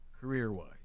career-wise